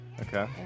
Okay